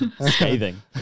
Scathing